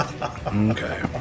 Okay